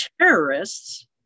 terrorists